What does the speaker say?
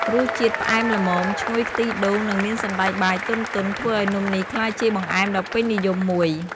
រសជាតិផ្អែមល្មម ឈ្ងុយខ្ទិះដូង និងមានសណ្ដែកបាយទន់ៗ ធ្វើឲ្យនំនេះក្លាយជាបង្អែមដ៏ពេញនិយមមួយ។